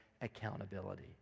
accountability